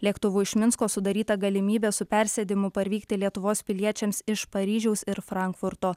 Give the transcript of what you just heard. lėktuvu iš minsko sudaryta galimybė su persėdimu parvykti lietuvos piliečiams iš paryžiaus ir frankfurto